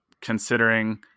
considering